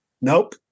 Nope